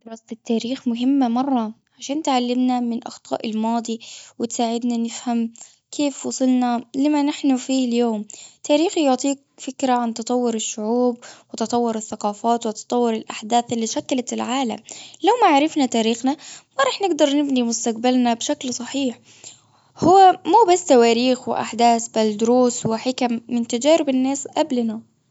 دراسة التاريخ مهمة مرة عشان تعلمنا من أخطاء الماضي وتساعدنا نفهم كيف وصلنا لما نحن فيه اليوم? تاريخ يعطيك فكرة عن تطور الشعوب وتطور الثقافات وتطور الأحداث اللي شكلت العالم. لو ما عرفنا تاريخنا ما راح نقدر نبني مستقبلنا بشكل صحيح هو مو بس تواريخ وأحداث بل دروس وحكم من تجارب الناس قبلنا.